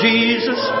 Jesus